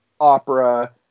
opera